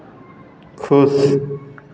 खुश